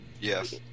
Yes